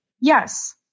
Yes